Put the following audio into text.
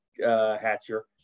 Hatcher